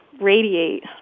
radiate